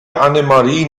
annemarie